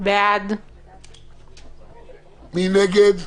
מי נגד,